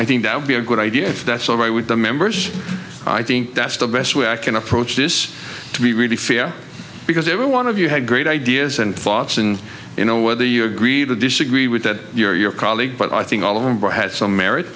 i think that would be a good idea if that's all right with the members i think that's the best way i can approach this to be really fair because every one of you had great ideas and thoughts and you know whether you agreed to disagree with that your colleague but i think all of them but has some merit